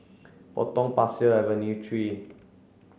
Potong Pasir Avenue three